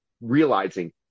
realizing